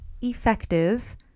effective